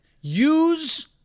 Use